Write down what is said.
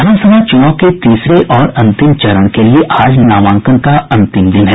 विधानसभा चुनाव के तीसरे और अंतिम चरण के लिए आज नामांकन का अंतिम दिन है